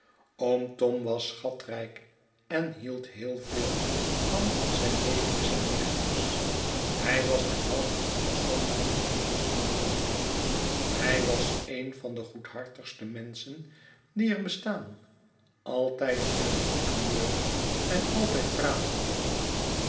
oom tom was schatrijk en hield heel veel van zijn neefjes en nichtjes hij was derhalve een persoon van gewicht in de familie hij was een van de goedhartigste menschen die er bestaan altijd in een goed humeur en altijd pratende